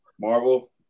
Marvel